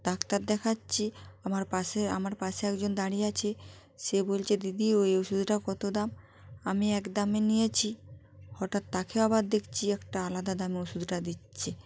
doctor দেখাচ্ছি আমার পাশে আমার পাশে একজন দাঁড়িয়ে আছে সে বলছে দিদি ওই ওষুধটা কতো দাম আমি এক দামে নিয়েছি হঠাৎ তাকে আবার দেকছি একটা আলাদা দামে ওষুধটা দিচ্ছে